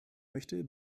möchte